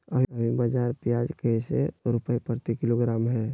अभी बाजार प्याज कैसे रुपए प्रति किलोग्राम है?